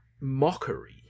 mockery